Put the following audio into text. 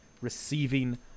receiving